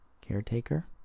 caretaker